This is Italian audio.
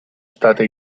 state